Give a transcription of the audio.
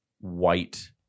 white